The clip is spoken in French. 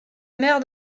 mère